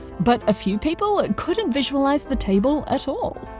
but a few people couldn't visualise the table at all.